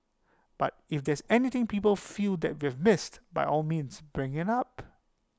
but if there's anything people feel that is missed by all means bring IT up